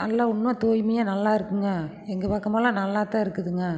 நல்லா இன்னும் தூய்மையாக நல்லா இருக்குங்க எங்கள் பக்கமெல்லாம் நல்லாத்தான் இருக்குதுங்க